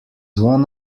one